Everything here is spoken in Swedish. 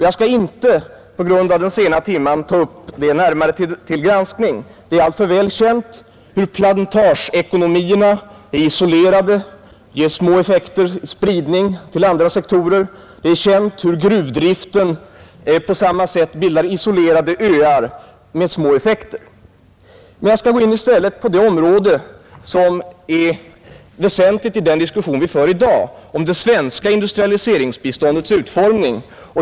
Jag skall på grund av den sena timmen inte ta upp det till närmare granskning; det är alltför väl känt att plantageekonomierna är isolerade och ger små effekter, liten spridning till andra sektorer. Det är känt att gruvdriften på samma sätt bildar isolerade öar med små effekter. Jag skall i stället gå in på ett område som är väsentligt i den diskussion vi för i dag om det svenska industrialiseringsbiståndets utformning.